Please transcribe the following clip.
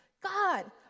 God